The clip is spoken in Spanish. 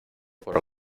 por